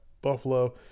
Buffalo